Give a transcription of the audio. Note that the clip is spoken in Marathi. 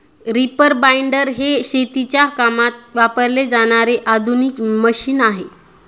रीपर बाइंडर हे शेतीच्या कामात वापरले जाणारे आधुनिक मशीन आहे